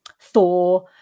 Thor